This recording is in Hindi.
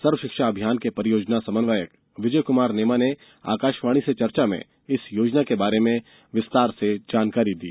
सर्वशिक्षा अभियान के परियोजना समन्वयक विजय कुमार नेमा ने आकाशवाणी से चर्चा में इस योजना के बारे में विस्तार से जानकारी दी